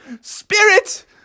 Spirit